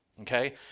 okay